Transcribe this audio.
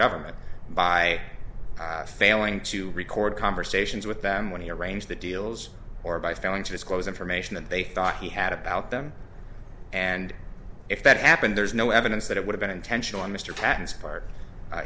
government by failing to record conversations with them when he arranged the deals or by failing to disclose information that they thought he had about them and if that happened there's no evidence that it would've been intentional on mr pattens part